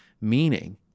meaning